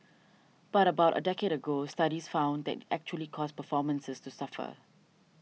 but about a decade ago studies found that it actually caused performances to suffer